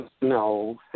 No